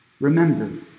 Remember